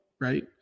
right